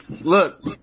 Look